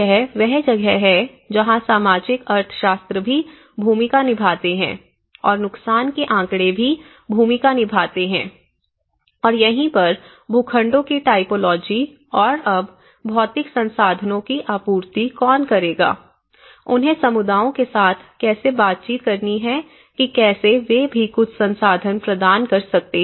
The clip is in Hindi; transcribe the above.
यह वह जगह है जहां सामाजिक अर्थशास्त्र भी भूमिका निभाते हैं और नुकसान के आँकड़े भी भूमिका निभाते हैं और यहीं पर भूखंडों की टाइपोलॉजी और अब भौतिक संसाधनों की आपूर्ति कौन करेगा उन्हें समुदायों के साथ कैसे बातचीत करनी है कि कैसे वे भी कुछ संसाधन प्रदान कर सकते हैं